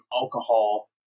alcohol